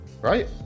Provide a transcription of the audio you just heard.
Right